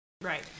Right